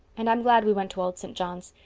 and i'm glad we went to old st. john's.